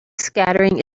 scattering